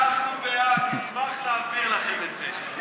אנחנו בעד, נשמח להעביר לכם את זה.